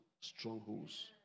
strongholds